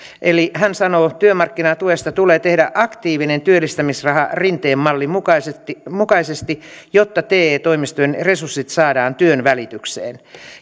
työmarkkinatuesta tulee tehdä aktiivinen työllistämisraha rinteen mallin mukaisesti mukaisesti jotta te toimistojen resurssit saadaan työnvälitykseen